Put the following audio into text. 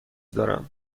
دارم